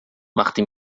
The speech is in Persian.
وقتی